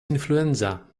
influenza